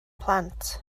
plant